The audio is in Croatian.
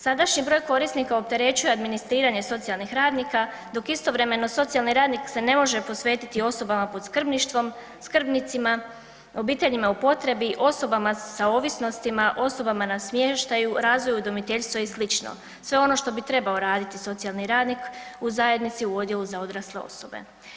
Sadašnji broj korisnika opterećuje administriranje socijalnih radnika dok istovremeno socijalni radnik se ne može posvetiti osobama pod skrbništvom, skrbnicima, obiteljima u potrebi, osobama sa ovisnostima, osobama na smještaju, razvoju udomiteljstva i slično, sve ono što bi trebao raditi socijalni radnik u zajednici u odjelu za odrasle osobe.